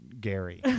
gary